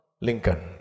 Lincoln